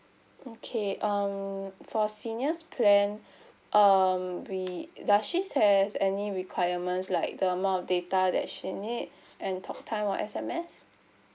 okay um for seniors plan um we does she has any requirements like the amount of data that she need and talk time or S_M_S